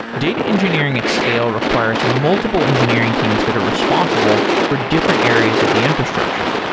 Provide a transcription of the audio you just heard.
data engineering at scale requires multiple engineering teams that are responsible for different areas of the infrastructure.